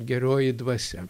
geroji dvasia